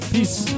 Peace